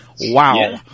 Wow